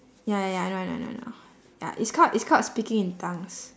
ya ya ya I know I know I know I know ya it's called it's called speaking in tongues